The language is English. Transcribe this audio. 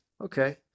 Okay